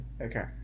okay